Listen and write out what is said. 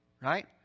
Right